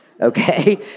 okay